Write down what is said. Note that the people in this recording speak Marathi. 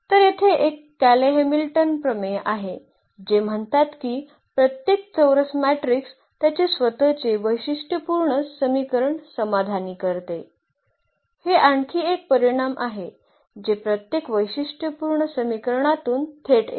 तर येथे एक कॅले हॅमिल्टन प्रमेय आहे जे म्हणतात की प्रत्येक चौरस मॅट्रिक्स त्याचे स्वतःचे वैशिष्ट्यपूर्ण समीकरण समाधानी करते हे आणखी एक परिणाम आहे जे प्रत्येक वैशिष्ट्यपूर्ण समीकरणातून थेट येते